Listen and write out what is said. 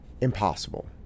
impossible